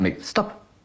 stop